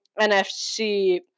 NFC